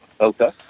Okay